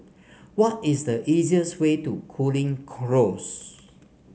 what is the easiest way to Cooling Close